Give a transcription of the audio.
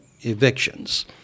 evictions